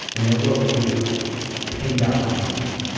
and their little cubicle pinned up on the wall.